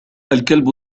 الكلب